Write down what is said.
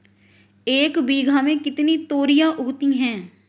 एक बीघा में कितनी तोरियां उगती हैं?